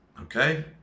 Okay